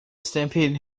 stampede